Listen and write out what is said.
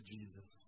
Jesus